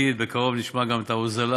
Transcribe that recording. בקרוב נשמע גם על ההוזלה,